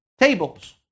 tables